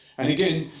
and, again,